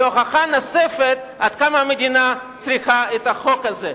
היא הוכחה נוספת עד כמה המדינה צריכה את החוק הזה.